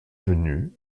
venu